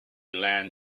land